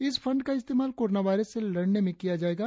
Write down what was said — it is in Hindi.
इस फंड का इस्तेमाल कोरोना वायरस से लड़ने में किया जाएगा